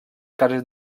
cases